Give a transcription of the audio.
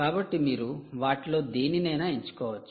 కాబట్టి మీరు వాటిలో దేనినైనా ఎంచుకోవచ్చు